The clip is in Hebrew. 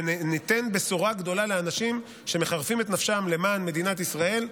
וניתן בשורה גדולה לאנשים שמחרפים את נפשם למען מדינת ישראל,